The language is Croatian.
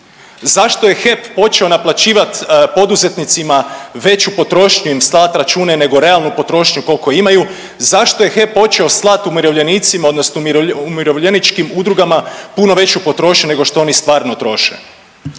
zašto je HEP počeo naplaćivat poduzetnicima veću potrošnju im slat račune nego realnu potrošnju kolko imaju, zašto je HEP počeo slat umirovljenicima odnosno umirovljeničkim udrugama puno veću potrošnju nego što oni stvarno troše?